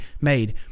made